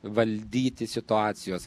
valdyti situacijos